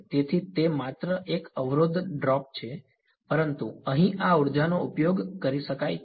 તેથી તે માત્ર એક અવરોધ ડ્રોપ છે પરંતુ અહીં આ ઉર્જાનો ઉપયોગ કરી શકાય છે